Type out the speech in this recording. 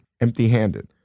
empty-handed